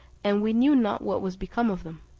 and we knew not what was become of them,